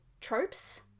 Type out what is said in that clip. tropes